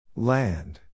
Land